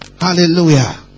Hallelujah